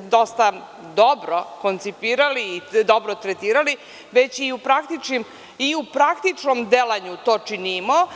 dosta dobro koncipirali i dobro tretirali, već i u praktičnom delanju to činimo.